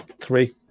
Three